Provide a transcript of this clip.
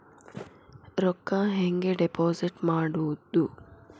ರೊಕ್ಕ ಹೆಂಗೆ ಡಿಪಾಸಿಟ್ ಮಾಡುವುದು?